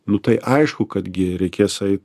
nu tai aišku kad gi reikės eit